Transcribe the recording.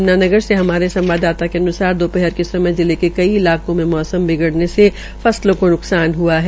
यम्नानगर से हमारे संवाददाता के अन्सार दोपहर के समय जिले के कई इलाकों में मौसम बिगड़ने से फसलों का नुकसान हुआ है